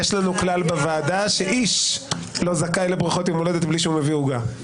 יש לנו כלל בוועדה שאיש לא זכאי לברכות יום הולדת בלי שהוא מביא עוגה.